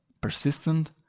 persistent